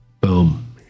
boom